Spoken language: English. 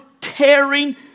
Tearing